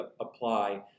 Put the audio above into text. apply